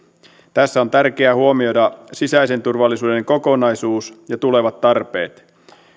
tässä on tärkeää huomioida sisäisen turvallisuuden kokonaisuus ja tulevat tarpeet